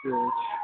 हूँ